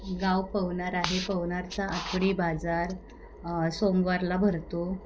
गाव पवनार आहे पवनारचा आठवडी बाजार सोमवारला भरतो